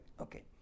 okay